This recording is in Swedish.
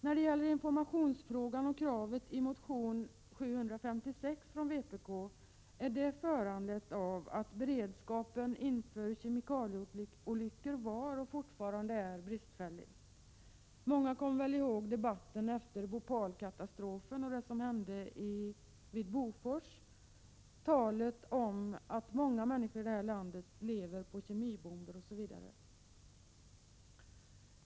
När det gäller informationsfrågan vill jag säga att kravet i motion 756 är föranlett av att beredskapen inför kemikalieolyckor varit och fortfarande är bristfällig. Många kommer säkert ihåg debatten efter Bhopalkatastrofen, det som hände vid Bofors, talet om att många människor här i landet lever på kemibomber, osv.